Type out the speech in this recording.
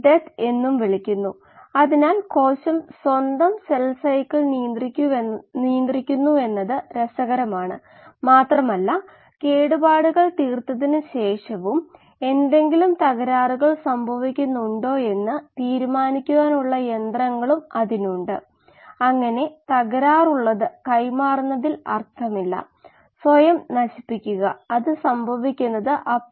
cultivation സമയത്ത് രൂപംകൊണ്ട ഒരു മെറ്റാബോലൈറ്റിന്റെ ദോഷകരമായ പ്രഭാവം കുറയ്ക്കുക അല്ലെങ്കിൽ ചില പ്രത്യേക ഫീഡ് തന്ത്രങ്ങൾ നടപ്പാക്കേണ്ടിവരുമ്പോൾ ചില വ്യവസ്ഥകളിൽ ഇതിനൊക്കെയാണ് ഫെഡ് ബാച്ച് പ്രവർത്തനം ചെയ്യുന്നതെന്ന് നമ്മൾ ഇതിനകം കണ്ടു